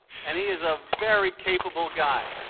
and he is a very capable guy.